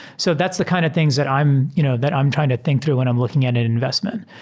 so that's the kind of things that i'm you know that i'm trying to think through when i'm looking at an investment.